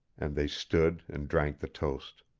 and they stood and drank the toast.